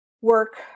work